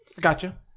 Gotcha